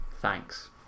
Thanks